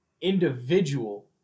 individual